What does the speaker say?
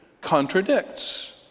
contradicts